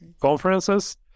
conferences